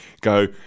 go